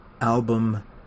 album